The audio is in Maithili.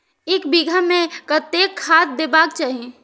एक बिघा में कतेक खाघ देबाक चाही?